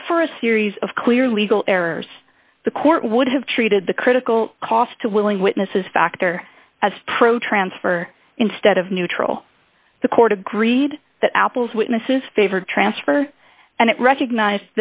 but for a series of clear legal errors the court would have treated the critical cost to willing witnesses factor as pro transfer instead of neutral the court agreed that apple's witnesses favored transfer and it recognize